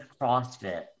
CrossFit